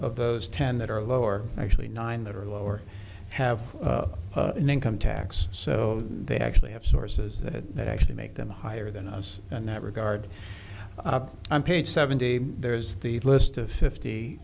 of those ten that are lower actually nine that are lower have an income tax so they actually have sources that actually make them higher than us and that regard up on page seventy there's the list of fifty